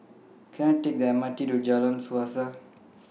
Can I Take The M R T to Jalan Suasa